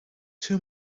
two